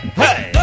hey